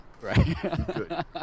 right